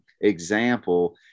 example